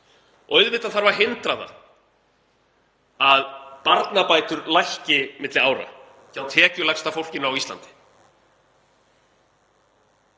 Og auðvitað þarf að hindra það að barnabætur lækki milli ára hjá tekjulægsta fólkinu á Íslandi.